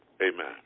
Amen